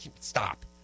stop